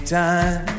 time